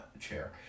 chair